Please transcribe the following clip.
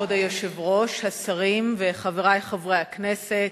כבוד היושב-ראש, השרים וחברי חברי הכנסת,